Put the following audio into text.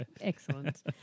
Excellent